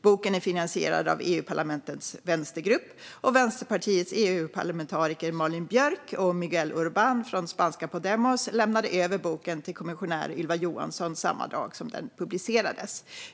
Boken är finansierad av EU-parlamentets vänstergrupp, och Vänsterpartiets EU-parlamentariker Malin Björk och Miguel Urbán från spanska Podemos lämnade över boken till kommissionär Ylva Johansson samma dag som den publicerades.